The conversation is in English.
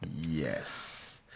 Yes